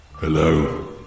Hello